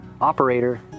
operator